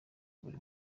buri